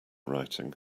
writing